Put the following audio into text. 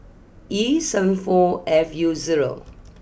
E seven four F U zero